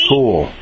Cool